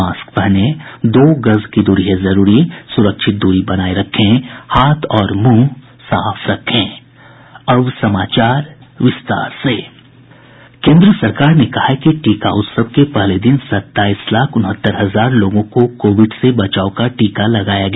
mask पहनें दो गज दूरी है जरूरी सुरक्षित दूरी बनाये रखें हाथ और मुंह साफ रखें केन्द्र सरकार ने कहा है कि टीका उत्सव के पहले दिन सत्ताईस लाख उनहत्तर हजार लोगों को कोविड से बचाव का टीका लगाया गया